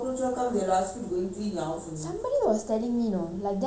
somebody was telling me you know like that means ah they will call pest control